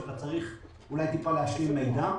אתה צריך אולי להשלים מידע.